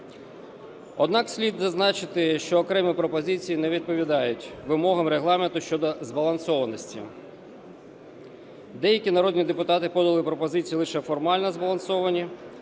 Однак слід зазначити, що окремі пропозиції не відповідають вимогам Регламенту щодо збалансованості. Деякі народні депутати подали пропозиції, лише формально збалансовані.